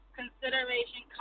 consideration